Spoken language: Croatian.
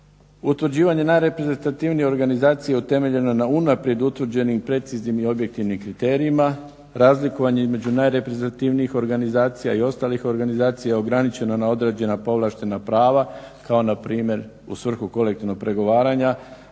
utvrđivanje najreprezentativnije organizacije utemeljene na unaprijed utvrđenim preciznim i objektivnim kriterijima, razlikovanje između najreprezentativnijih organizacija i ostalih organizacija ograničeno na određena povlaštena prava kao npr. u svrhu kolektivnog pregovaranja,